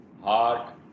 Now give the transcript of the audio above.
Heart